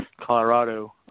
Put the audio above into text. Colorado